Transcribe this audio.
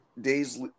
Days